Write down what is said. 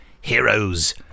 Heroes